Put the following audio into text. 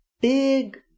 big